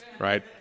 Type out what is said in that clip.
Right